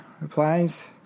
Replies